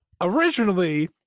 originally